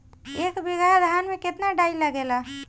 एक बीगहा धान में केतना डाई लागेला?